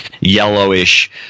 yellowish